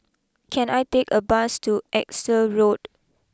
can I take a bus to Exeter Road